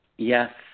Yes